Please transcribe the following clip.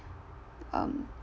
um